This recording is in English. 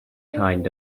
kind